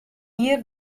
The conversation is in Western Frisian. jier